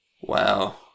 Wow